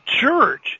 church